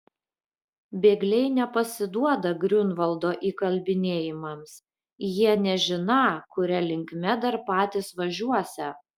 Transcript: bėgliai nepasiduoda griunvaldo įkalbinėjimams jie nežiną kuria linkme dar patys važiuosią